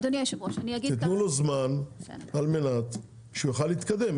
תיתנו לו זמן על מנת שהוא יוכל להתקדם.